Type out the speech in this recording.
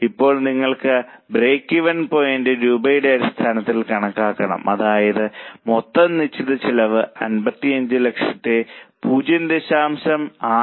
ഇപ്പോൾ നിങ്ങൾ break even point രൂപയുടെ അടിസ്ഥാനത്തിൽ കണക്കാക്കണം അതായത് മൊത്തം നിശ്ചിത ചെലവ് 55 ലക്ഷത്തെ 0